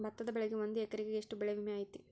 ಭತ್ತದ ಬೆಳಿಗೆ ಒಂದು ಎಕರೆಗೆ ಎಷ್ಟ ಬೆಳೆ ವಿಮೆ ಐತಿ?